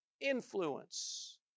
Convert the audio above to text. influence